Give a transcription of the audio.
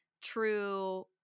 true